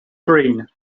green